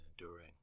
enduring